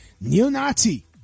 Neo-Nazi